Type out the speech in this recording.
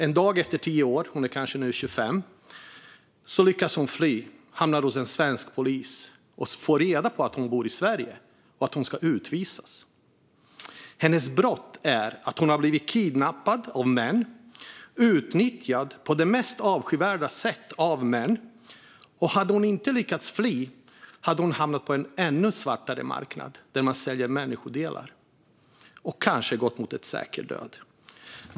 En dag efter tio år när Sara kanske är 25 år lyckas hon fly och hamnar hos en svensk polis. Då får hon reda på att hon bor i Sverige och ska utvisas. Hennes brott är att hon har blivit kidnappad av män och utnyttjad på det mest avskyvärda sätt, återigen av män. Om hon inte lyckats fly hade hon hamnat på en ännu svartare marknad där man säljer människodelar och kanske gått mot en säker död.